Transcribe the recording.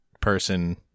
person